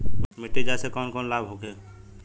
मिट्टी जाँच से कौन कौनलाभ होखे?